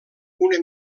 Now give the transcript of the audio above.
una